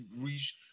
reach